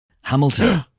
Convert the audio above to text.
Hamilton